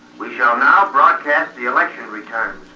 we shall now broadcast the election returns.